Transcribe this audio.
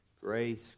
Grace